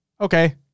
Okay